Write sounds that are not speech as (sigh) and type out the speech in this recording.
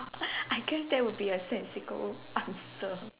(laughs) I guess that would be a sensical answer